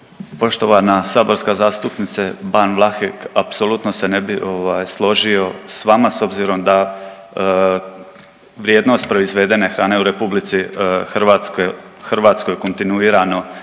Poštovana saborska zastupnice Ban Vlahek apsolutno se ne bi ovaj složio s vama s obzirom da vrijednost proizvedene hrane u RH kontinuirano